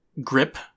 grip